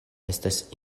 estas